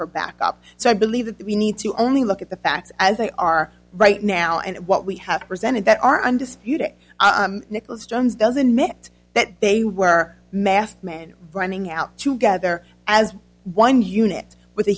for backup so i believe that we need to only look at the facts as they are right now and what we have presented that are undisputed nicholas jones doesn't meant that they were masked men running out to gather as one unit